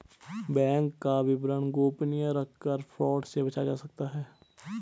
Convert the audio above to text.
bank का विवरण गोपनीय रखकर फ्रॉड से बचा जा सकता है